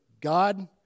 God